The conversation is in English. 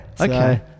Okay